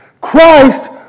Christ